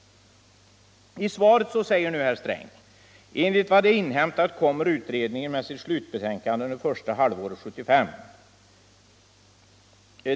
I svaret säger herr Sträng: ”Enligt vad jag inhämtat kommer utredningen med sitt slutbetänkande under första halvåret 1975.